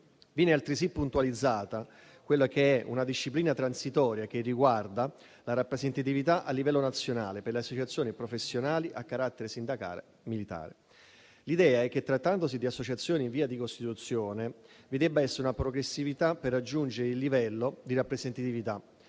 Viene altresì puntualizzata quella che è una disciplina transitoria che riguarda la rappresentatività a livello nazionale per le associazioni professionali a carattere sindacale militare. L'idea è che, trattandosi di associazioni in via di costituzione, vi debba essere una progressività per raggiungere il livello di rappresentatività,